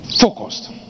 Focused